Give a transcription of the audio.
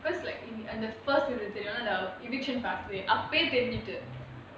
because like the first தெரியணும்னா:teriyanumnaa the அப்போவே தெரிஞ்சிட்டு:appovae terinjitu